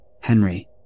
Henry